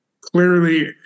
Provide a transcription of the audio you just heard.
clearly